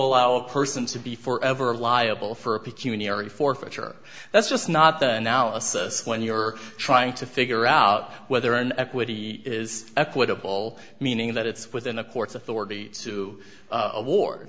allow a person to be forever liable for a peculiarity forfeiture that's just not the analysis when you're trying to figure out whether an equity is equitable meaning that it's within the court's authority to awar